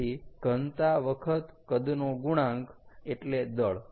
તેથી ઘનતા વખત કદનો ગુણાંક એટલે દળ